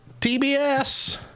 TBS